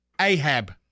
Ahab